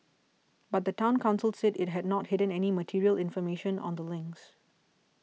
but the Town Council said it had not hidden any material information on the links